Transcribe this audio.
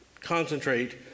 Concentrate